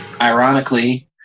ironically